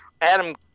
Adam